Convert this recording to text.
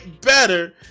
better